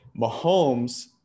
Mahomes